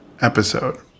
episode